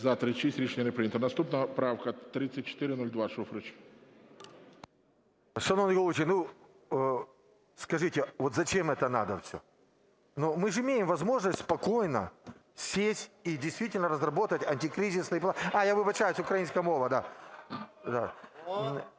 За-36 Рішення не прийнято. Наступна правка 3402, Шуфрич.